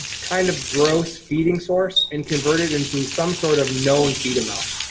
kind of gross feeding source, and convert it into some sort of known feed amount.